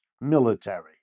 military